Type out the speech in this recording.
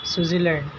New Zealand